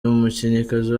umukinnyikazi